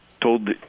told